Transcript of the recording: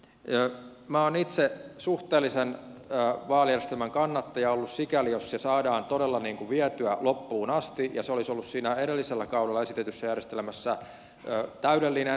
minä olen itse suhteellisen vaalijärjestelmän kannattaja ollut sikäli jos se saadaan todella vietyä loppuun asti ja se olisi ollut siinä edellisellä kaudella esitetyssä järjestelmässä täydellinen